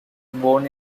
born